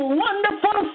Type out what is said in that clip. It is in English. wonderful